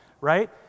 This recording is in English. right